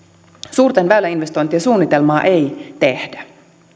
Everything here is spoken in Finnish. suurten väyläinvestointien suunnitelmaa ei tehdä